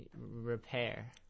repair